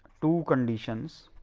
two conditions.